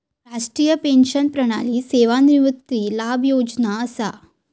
राष्ट्रीय पेंशन प्रणाली सेवानिवृत्ती लाभ योजना असा